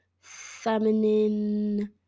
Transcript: feminine